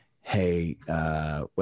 hey